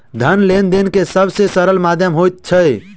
धन लेन देन के सब से सरल माध्यम होइत अछि